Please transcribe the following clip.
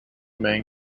main